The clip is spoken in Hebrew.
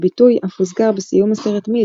הביטוי אף הוזכר בסיום הסרט "מילק",